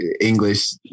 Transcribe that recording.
English